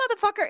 motherfucker